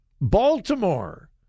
Baltimore